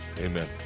Amen